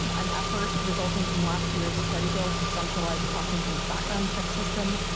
um and effort resulting from last year's study bill to centralize washington's background check system,